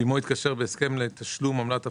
שעימו התקשר בהסכם לתשלום עמלת הפצה,